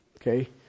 Okay